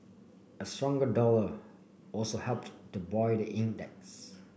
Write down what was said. a stronger dollar also helped to buoy the index